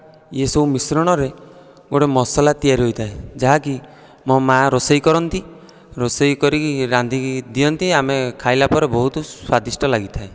ଏସବୁ ମିଶ୍ରଣରେ ଗୋଟେ ମସଲା ତିଆରି ହୋଇଥାଏ ଯାହାକି ମୋ ମା' ରୋଷେଇ କରନ୍ତି ରୋଷେଇ କରିକି ରାନ୍ଧିକି ଦିଅନ୍ତି ଆମେ ଖାଇଲା ପରେ ବହୁତ ସ୍ୱାଦିଷ୍ଟ ଲାଗିଥାଏ